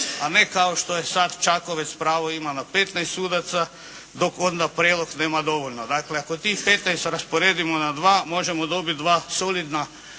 a ne kao što je sada Čakovec, pravo ima na 15 sudaca, dok onda Prelog nema dovoljno. Dakle, ako tih 15 rasporedimo na dva, možemo dobiti dva solidna